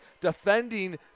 defending